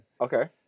Okay